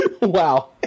Wow